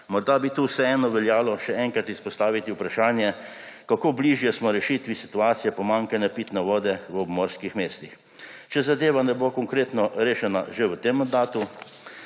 Morda bi tu vseeno veljalo še enkrat izpostaviti vprašanje, kako bližje smo rešitvi situacije pomanjkanja pitne vode v obmorskih mestih. Če zadeva ne bo konkretno rešena že v tem mandatu,